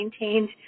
maintained